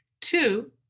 two